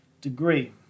degree